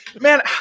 Man